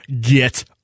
Get